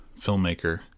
filmmaker